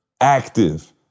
active